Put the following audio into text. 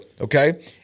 okay